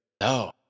No